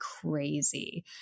crazy